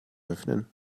öffnen